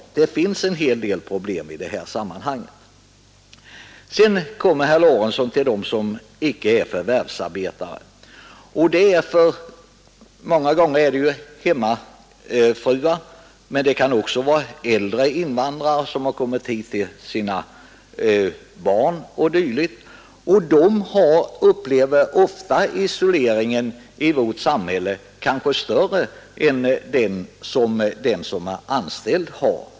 Sedan uppehöll sig herr Lorentzon vid dem som inte är förvärvsarbetande. Många av dem är hemmafruar, men det kan också vara fråga om äldre invandrare som kommit hit för att bo hos sina barn. De upplever ofta isoleringen i vårt samhälle starkare än de anställda gör.